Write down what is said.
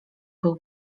był